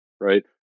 right